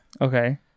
Okay